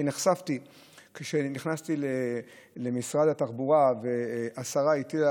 נחשפתי לזה כשנכנסתי למשרד התחבורה והשרה הטילה